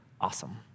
awesome